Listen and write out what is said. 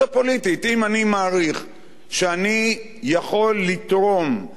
אם אני מעריך שאני יכול לתרום בתחום